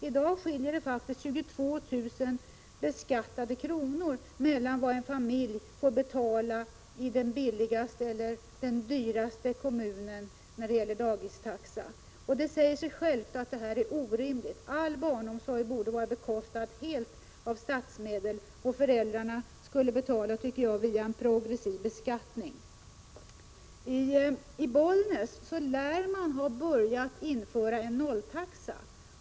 I dag skiljer det faktiskt 22 000 beskattade kronor mellan vad en familj får betala i den billigaste och i den dyraste kommunen när det gäller dagistaxan. Det säger sig självt att detta är orimligt. All barnomsorg borde vara helt bekostad med statsmedel, och föräldrarna skulle betala via en progressiv beskattning. I Bollnäs lär man ämna införa en 0-taxa.